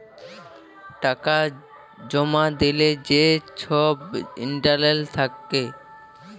টাকা জমা দিলে যে ছব ইলটারেস্ট থ্যাকে